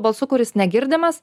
balsu kuris negirdimas